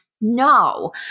No